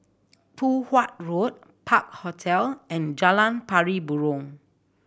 Poh Huat Road Park Hotel and Jalan Pari Burong